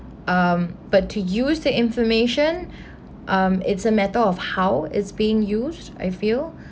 um but to use the information um it's a matter of how it's being used I feel